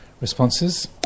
responses